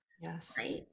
Yes